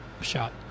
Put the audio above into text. Shot